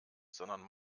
sondern